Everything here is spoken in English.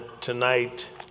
tonight